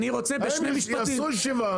הם יעשו ישיבה,